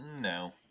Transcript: No